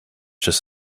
just